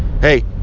Hey